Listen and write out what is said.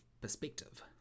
perspective